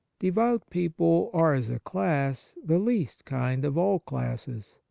devout people are, as a class, the least kind of all classes.